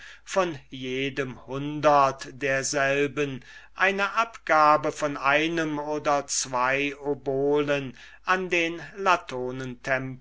von jedem schock derselben eine abgabe von einem oder zwei obolen an den